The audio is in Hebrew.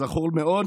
הזכור לטוב.